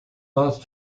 last